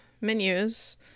menus